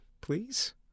Please